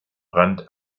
rand